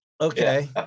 Okay